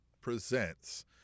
presents